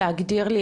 להגדיר לי,